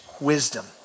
wisdom